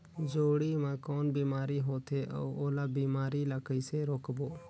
जोणी मा कौन बीमारी होथे अउ ओला बीमारी ला कइसे रोकबो?